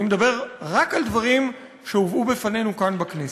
אני מדבר רק על דברים שהובאו בפנינו כאן בכנסת.